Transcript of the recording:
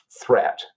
threat